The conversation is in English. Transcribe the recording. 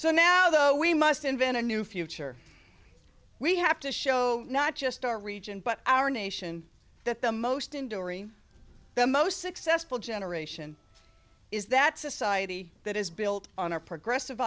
so now though we must invent a new future we have to show not just our region but our nation that the most enduring the most successful generation is that society that is built on our progressive